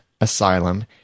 Asylum